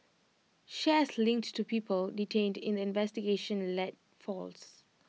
shares linked to people detained in the investigation led falls